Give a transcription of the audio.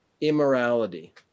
immorality